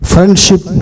Friendship